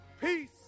peace